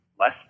less